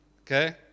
Okay